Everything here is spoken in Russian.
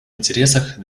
интересах